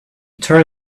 turn